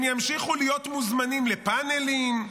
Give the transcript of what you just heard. הם ימשיכו להיות מוזמנים לפאנלים,